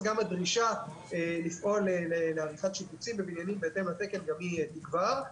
אז גם הדרישה לפעול לעריכת שיפוצים בבניינים בהתאם לתקן גם היא תיקבע.